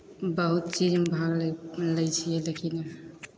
बहुत चीजमे भाग लै लै छियै देखयमे